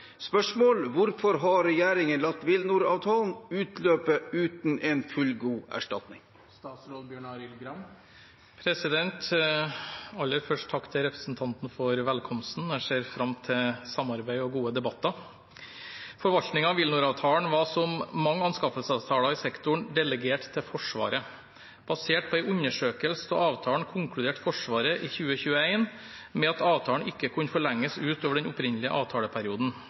fullgod erstatning?» Aller først: Takk til representanten for velkomsten. Jeg ser fram til samarbeid og gode debatter. Forvaltningen av WilNor-avtalen var som mange anskaffelsesavtaler i sektoren delegert til Forsvaret. Basert på en undersøkelse av avtalen konkluderte Forsvaret i 2021 med at avtalen ikke kunne forlenges utover den opprinnelige avtaleperioden.